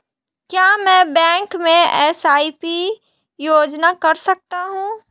क्या मैं बैंक में एस.आई.पी योजना कर सकता हूँ?